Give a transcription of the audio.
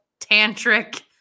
tantric